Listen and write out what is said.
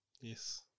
Yes